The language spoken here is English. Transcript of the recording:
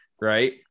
Right